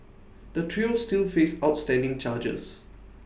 the trio still face outstanding charges